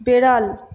বিড়াল